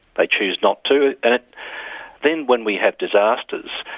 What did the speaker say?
they choose not to, and then when we have disasters,